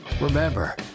Remember